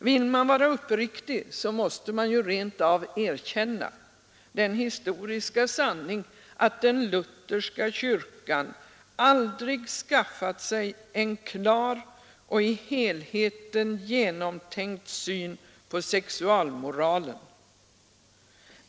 Vill man vara uppriktig måste man ju rent av erkänna den historiska sanningen att den lutherska kyrkan aldrig skaffat sig en klar och i helheten genomtänkt syn på sexualmoralen.